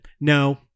no